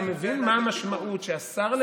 אתה מבין מה המשמעות שהשר,